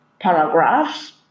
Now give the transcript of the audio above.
paragraphs